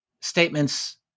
statements